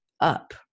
up